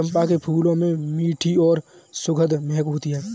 चंपा के फूलों में मीठी और सुखद महक होती है